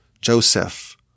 Joseph